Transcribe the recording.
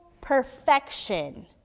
perfection